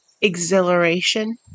exhilaration